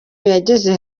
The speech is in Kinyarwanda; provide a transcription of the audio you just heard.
yageze